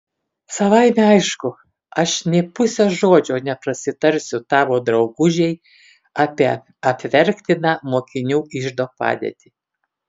savaime aišku aš nė puse žodžio neprasitarsiu tavo draugužei apie apverktiną mokinių iždo padėtį